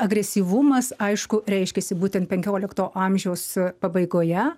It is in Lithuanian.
agresyvumas aišku reiškiasi būtent penkiolikto amžiaus pabaigoje